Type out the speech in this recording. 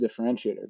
differentiator